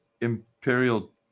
imperial